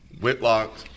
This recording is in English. Whitlock